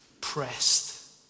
pressed